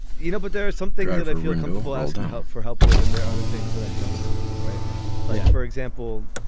you know but there are some things that i feel comfortable asking help for help with. and there are other things that i don't write like. for example,